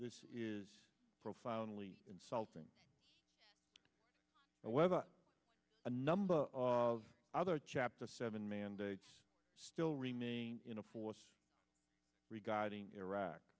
this is profoundly insulting and whether a number of other chapter seven mandate still remains in a force regarding iraq